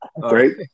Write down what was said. Great